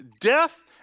Death